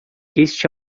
este